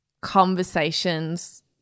conversations